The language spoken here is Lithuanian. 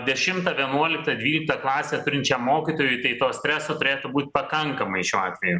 dešimtą vienuoliktą dvyliktą klasę turinčiam mokytojui tai to streso turėtų būt pakankamai šiuo atveju